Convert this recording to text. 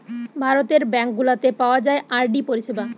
ভারতের ব্যাঙ্ক গুলাতে পাওয়া যায় আর.ডি পরিষেবা